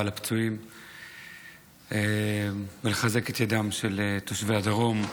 לפצועים ולחזק את ידם של תושבי הדרום,